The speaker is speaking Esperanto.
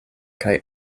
kaj